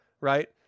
right